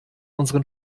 unseren